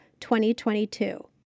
2022